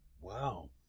Wow